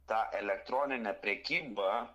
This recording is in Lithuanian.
tą elektroninę prekybą